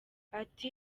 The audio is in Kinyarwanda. ati